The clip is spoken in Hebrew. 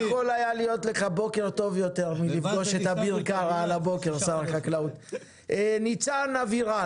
לא יכול היה להיות לך בוקר טוב יותר מאשר לפגוש את אביר קארה,